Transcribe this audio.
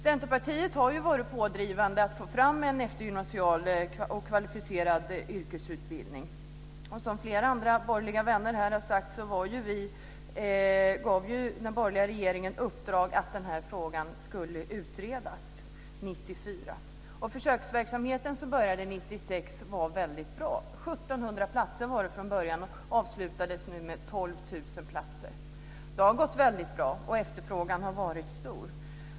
Centerpartiet har varit pådrivande för att få fram en eftergymnasial och kvalificerad yrkesutbildning. Som flera borgerliga vänner har sagt gav den borgerliga regeringen 1994 uppdraget att den här frågan skulle utredas. Försöksverksamheten som började 1996 var väldigt bra. 1 700 platser var det från början och avslutades nu med 12 000 platser. Det har gått väldigt bra, och efterfrågan har varit stor.